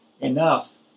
enough